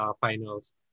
finals